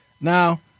Now